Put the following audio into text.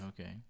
Okay